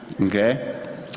Okay